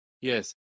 yes